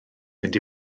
fynd